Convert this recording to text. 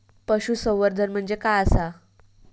पशुसंवर्धन म्हणजे काय आसा?